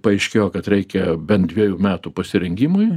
paaiškėjo kad reikia bent dvejų metų pasirengimui